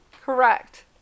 Correct